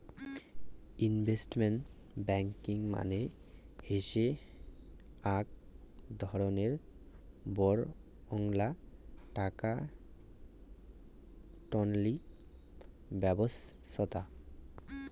investment banking মানে হসে আক ধরণের বডঙ্না টাকা টননি ব্যবছস্থা